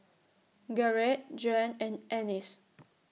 Garret Juan and Annis